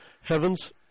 heavens